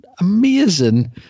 amazing